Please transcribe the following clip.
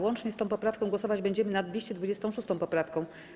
Łącznie z tą poprawką głosować będziemy nad 226. poprawką.